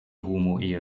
homoehe